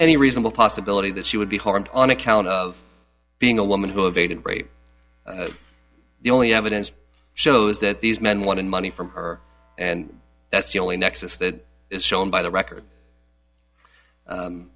any reasonable possibility that she would be harmed on account of being a woman who invaded rape the only evidence shows that these men wanted money from her and that's the only nexus that is shown by the record